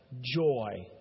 joy